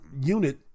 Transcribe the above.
unit